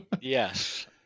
Yes